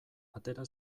atera